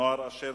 נוער אשר